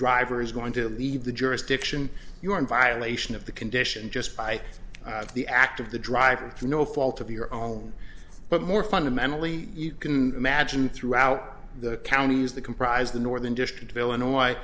driver is going to leave the jurisdiction you are in via elation of the condition just by the act of the drive through no fault of your own but more fundamentally you can imagine throughout the counties that comprise the northern district of illinois